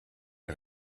est